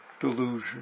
delusion